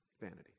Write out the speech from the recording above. Vanity